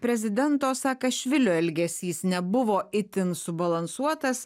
prezidento saakašvilio elgesys nebuvo itin subalansuotas